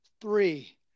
three